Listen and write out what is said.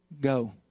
Go